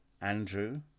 Andrew